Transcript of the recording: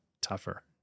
tougher